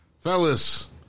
Fellas